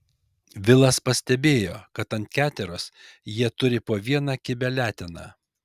vilas pastebėjo kad ant keteros jie turi po vieną kibią leteną